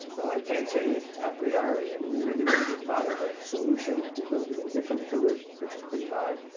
well, i can't say a priori. i mean, you're either going to be part of the solution. you're going to be indifferent to it, which is pretty hard,